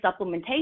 supplementation